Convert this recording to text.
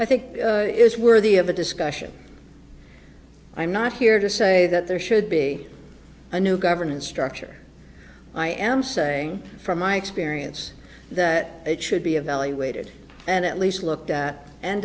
i think is worthy of a discussion i'm not here to say that there should be a new governance structure i am saying from my experience that it should be evaluated and at least looked at and